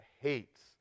hates